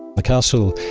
the castle,